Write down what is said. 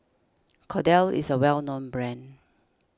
Kordel's is a well known brand